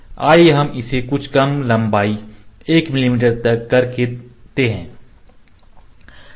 आइए हम इसे कुछ कम लंबाई 1 मिमी तक करते हैं